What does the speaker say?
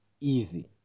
easy